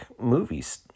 movies